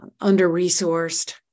under-resourced